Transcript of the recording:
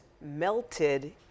melted